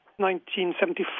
1974